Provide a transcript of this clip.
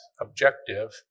objective